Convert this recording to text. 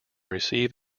receive